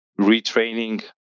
retraining